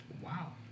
Wow